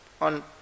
on